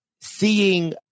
seeing